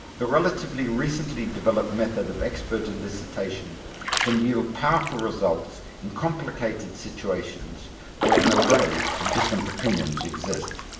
the relatively recently developed method of expert elicitation can yield powerful results in complicated situations where an array of different opinions exists.